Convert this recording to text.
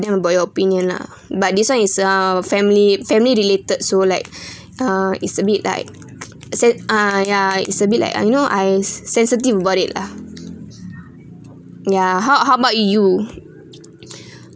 then about your opinion lah but this one is uh family family related so like uh it's a bit like sen~ ah ya it's a bit like ah you know I s~ sensitive about it lah ya how how about you